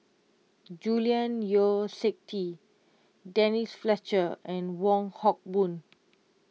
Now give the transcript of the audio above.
Julian Yeo See Teck Denise Fletcher and Wong Hock Boon